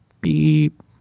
beep